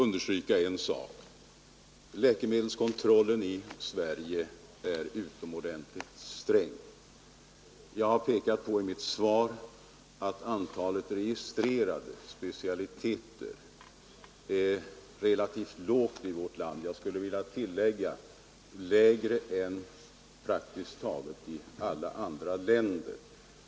Herr talman! Jag vill understryka att läkemedelkontrollen i Sverige är utomordentligt sträng. Jag har i mitt svar pekat på att antalet registrerade specialiteter är relativt lågt i vårt land, och jag skulle vilja tillägga: lägre än i praktiskt taget alla andra länder.